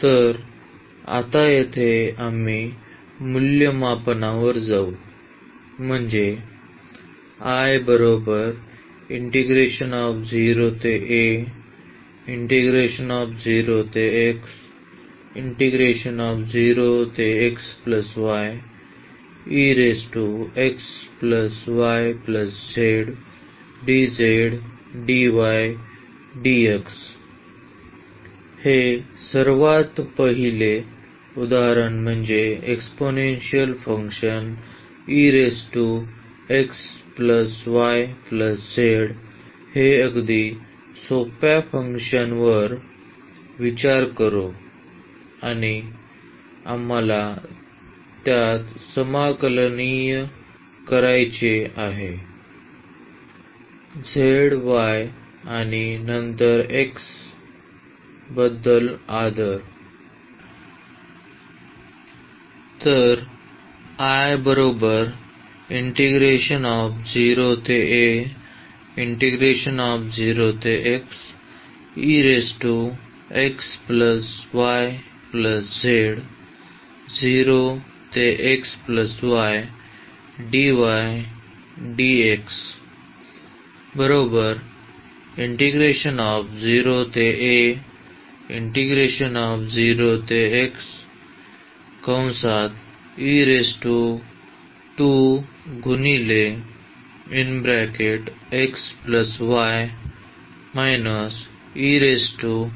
तर आता येथे आम्ही मूल्यमापनावर जाऊ म्हणजे हे सर्वात पहिले उदाहरण म्हणजे एक्सपोन्शियन्अल फंक्शन हे अगदी सोप्या फंक्शनवर विचार करू आणि आम्हाला त्यात समाकलित करायचे आहे